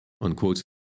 unquote